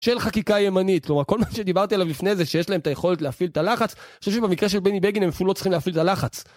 של חקיקה ימנית, כלומר, כל מה שדיברתי עליו לפני זה שיש להם את היכולת להפעיל את הלחץ, אני חושב שבמקרה של בני בגין הם אפילו לא צריכים להפעיל את הלחץ.